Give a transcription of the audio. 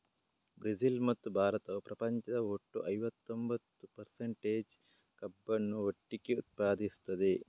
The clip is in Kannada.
ಬ್ರೆಜಿಲ್ ಮತ್ತು ಭಾರತವು ಪ್ರಪಂಚದ ಒಟ್ಟು ಐವತ್ತೊಂಬತ್ತು ಪರ್ಸಂಟೇಜ್ ಕಬ್ಬನ್ನು ಒಟ್ಟಿಗೆ ಉತ್ಪಾದಿಸುತ್ತದೆ